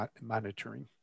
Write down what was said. monitoring